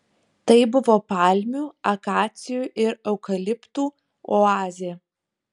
tai buvo palmių akacijų ir eukaliptų oazė